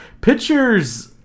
pictures